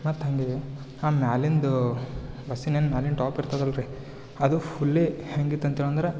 ಮತ್ತು ಹೆಂಗೆ ಇದೆ ಆ ಮೇಲಿಂದ್ ಬಸ್ಸಿನೇನು ಮೇಲಿಂದ್ ಟಾಪ್ ಇರ್ತದೆ ಅಲ್ಲ ರೀ ಅದು ಫುಲ್ಲಿ ಹೆಂಗೆ ಇತ್ತದು ಹೇಳು ಅಂದ್ರೆ